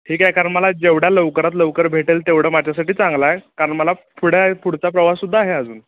ठीक आहे कारण मला जेवढ्या लवकरात लवकर भेटेल तेवढं माझ्यासाठी चांगलं आहे कारण मला पुढं आहे पुढचा प्रवास सुद्धा आहे अजून